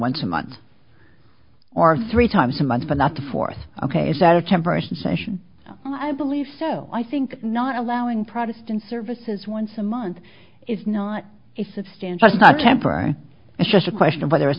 once a month or three times a month and that the fourth ok is that a temporary cessation i believe so i think not allowing protestant services once a month is not a substantial such temporary it's just a question of whether